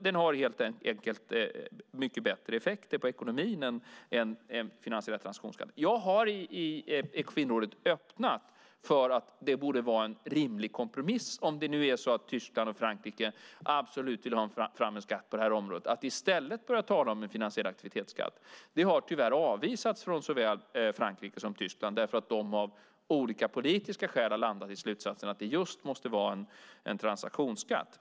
Den har helt enkelt mycket bättre effekter på ekonomin än en finansiell transaktionsskatt. Jag har i Ekofinrådet öppnat för att det borde vara en rimlig kompromiss, om Tyskland och Frankrike absolut vill ha en skatt på detta område, att i stället börja tala om en finansiell aktivitetsskatt. Det har tyvärr avvisats från såväl Frankrike som Tyskland därför att de av olika politiska skäl har landat i slutsatsen att det måste vara just en transaktionsskatt.